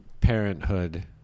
parenthood